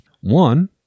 One